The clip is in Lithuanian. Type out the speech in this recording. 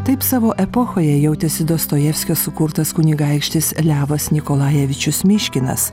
taip savo epochoje jautėsi dostojevskio sukurtas kunigaikštis levas nikolajevičius myškinas